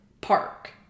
Park